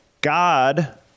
God